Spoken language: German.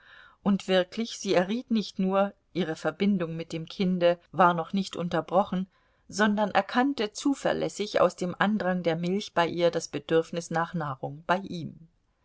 und wirklich sie erriet nicht nur ihre verbindung mit dem kinde war noch nicht unterbrochen sondern erkannte zuverlässig aus dem andrang der milch bei ihr das bedürfnis nach nahrung bei ihm